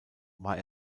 war